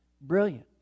brilliant